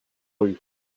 rue